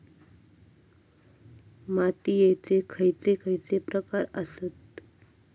मातीयेचे खैचे खैचे प्रकार आसत?